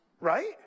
Right